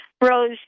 Rose